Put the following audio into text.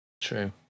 True